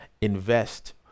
invest